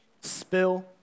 spill